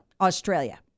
Australia